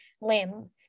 limb